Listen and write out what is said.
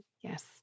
Yes